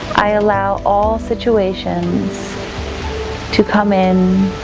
i allow all situations to come in.